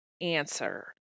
answer